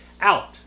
out